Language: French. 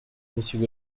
monsieur